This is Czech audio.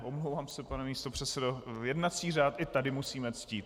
Omlouvám se, pane místopředsedo, jednací řád i tady musíme ctít.